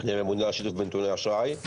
אני הממונה על השיתוף בנתוני אשראי.